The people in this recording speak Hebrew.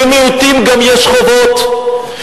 למיעוטים יש גם חובות,